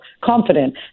confident